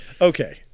Okay